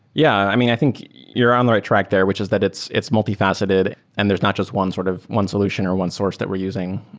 yeah. i mean, i think you're on the right track there, which is that it's it's multifaceted and there's not just one sort of one solution or one source that we're using.